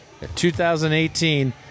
2018